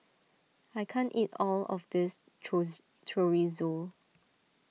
I can't eat all of this Chorizo